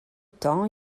temps